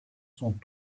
sont